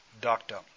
doctor